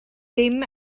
ddim